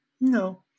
No